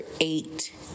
eight